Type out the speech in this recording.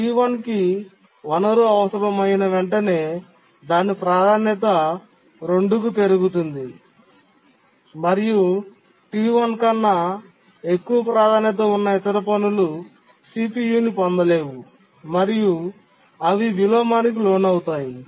T1 కి వనరు అవసరం అయిన వెంటనే దాని ప్రాధాన్యత 2 కి పెరుగుతుంది మరియు T1 కన్నా ఎక్కువ ప్రాధాన్యత ఉన్న ఇతర పనులు CPU పొందలేవు మరియు అవి విలోమానికి లోనవుతాయి